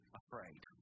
afraid